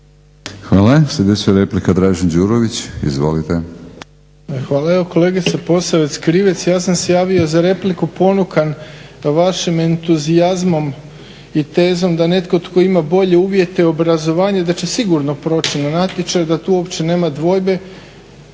Hvala. Sljedeća replika Dražen Đurović, izvolite. **Đurović, Dražen (HDSSB)** Evo kolegice Posavec-Krivec ja sam se javio za repliku ponukan vašim entuzijazmom i tezom da netko tko ima bolje uvjete obrazovanja da će sigurno proći na natječaju, da tu uopće nema dvojbe.